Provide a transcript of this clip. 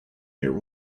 near